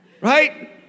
Right